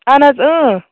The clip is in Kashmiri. اَہَن حظ اۭں